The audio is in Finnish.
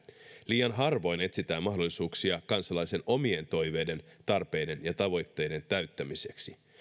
liian harvoin etsitään mahdollisuuksia kansalaisen omien toiveiden tarpeiden ja tavoitteiden täyttämiseksi